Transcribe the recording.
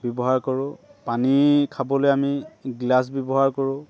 ব্যৱহাৰ কৰোঁ পানী খাবলৈ আমি গ্লাছ ব্যৱহাৰ কৰোঁ